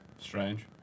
Strange